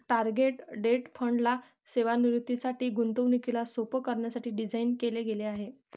target date fund ला सेवानिवृत्तीसाठी, गुंतवणुकीला सोप्प करण्यासाठी डिझाईन केल गेल आहे